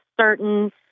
certain